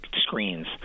screens